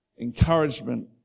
encouragement